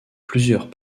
plusieurs